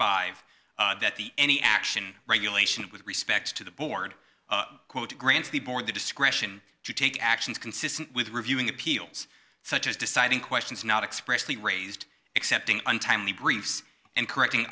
five that the any action regulation with respect to the board grants the board the discretion to take actions consistent with reviewing appeals such as deciding questions not expressly raised excepting untimely briefs and correcting